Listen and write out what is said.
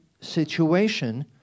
situation